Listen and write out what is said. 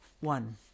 One